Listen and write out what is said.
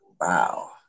Wow